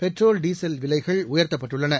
petrol diesel விலைகள் உயர்த்தப்பட்டுள்ளன